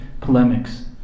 polemics